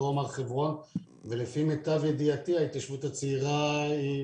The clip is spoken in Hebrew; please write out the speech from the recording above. דרום הר חברון ולפי מיטב ידיעתי ההתיישבות הצעירה היא